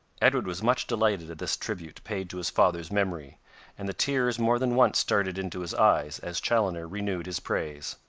edward was much delighted at this tribute paid to his father's memory and the tears more than once started into his eyes as chaloner renewed his praise.